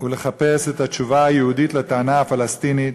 ולחפש את התשובה היהודית לטענה הפלסטינית: